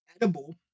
edible